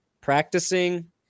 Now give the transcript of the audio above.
practicing